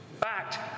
fact